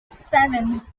seven